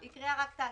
היא קראה רק את ההשגה,